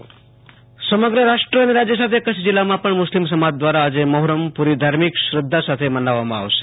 ઓશુ તોષે અંતાણી મહોરમઃ સમગ્ર રાષ્ટ્ર અને રાજ્ય સાથે કચ્છ જિલ્લામાં પણ મુસ્લિમ સમાજ દ્વારા આજે મહોરમ પૂરી ધાર્મિક શ્રદ્વા સાથે મનાવવામાં આવશે